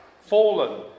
Fallen